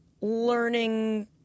learning